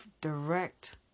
direct